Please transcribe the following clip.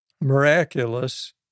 miraculous